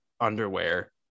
underwear